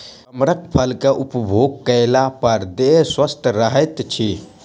कमरख फल के उपभोग कएला पर देह स्वस्थ रहैत अछि